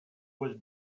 was